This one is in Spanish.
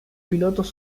pilotos